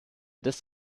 des